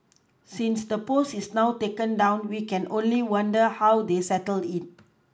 since the post is now taken down we can only wonder how they settled it